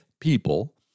people